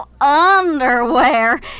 underwear